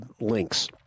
links